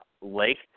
lake